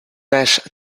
теж